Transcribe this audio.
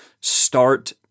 start